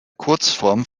kurzform